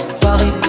Paris